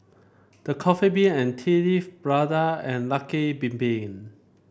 The Coffee Bean and Tea Leaf Prada and Lucky Bin Bin